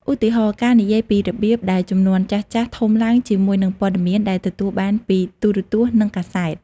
ឧទាហរណ៍ ការនិយាយពីរបៀបដែលជំនាន់ចាស់ៗធំឡើងជាមួយនឹងព័ត៌មានដែលទទួលបានពីទូរទស្សន៍និងកាសែត។